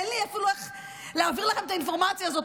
אין לי אפילו איך להעביר לכם את האינפורמציה הזו.